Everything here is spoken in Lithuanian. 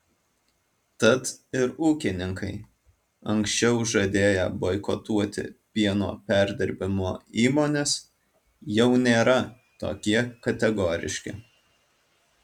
tad ir ūkininkai anksčiau žadėję boikotuoti pieno perdirbimo įmones jau nėra tokie kategoriški